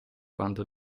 quando